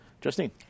Justine